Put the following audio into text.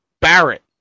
Barrett